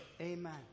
Amen